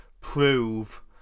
prove